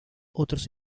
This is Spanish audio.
otros